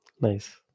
Nice